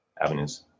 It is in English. avenues